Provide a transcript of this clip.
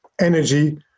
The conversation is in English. energy